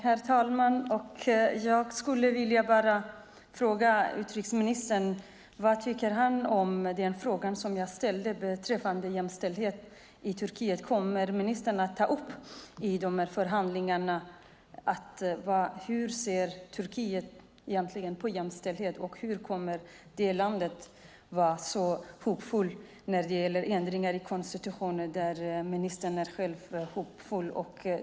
Herr talman! Jag skulle vilja fråga utrikesministern vad han anser i den fråga som jag ställde beträffande jämställdhet i Turkiet. Kommer ministern i dessa förhandlingar att ta upp hur Turkiet egentligen ser på jämställdhet, och hur hoppfull är man i detta land när det gäller ändringar i konstitutionen? Ministern är själv hoppfull.